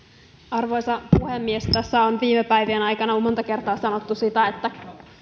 arvoisa puhemies tässä on viime päivien aikana jo monta kertaa sanottu sitä että